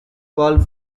called